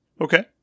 Okay